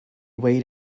weighed